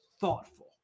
thoughtful